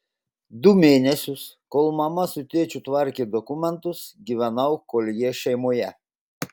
du mėnesius kol mama su tėčiu tvarkė dokumentus gyvenau koljė šeimoje